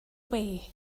away